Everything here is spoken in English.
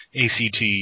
ACT